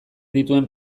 dituen